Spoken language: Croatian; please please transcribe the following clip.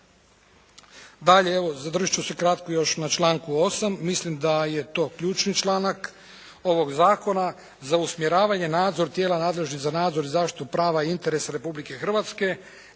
Dalje, evo zadržat ću se kratko još na članku 8. Mislim da je to ključni članak ovog zakona. Za usmjeravanje, nadzor tijela nadležnih za nadzor i zaštitu prava i interesa Republike Hrvatske